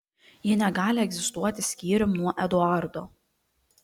ji negali egzistuoti skyrium nuo eduardo